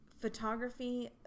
photography